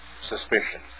suspicion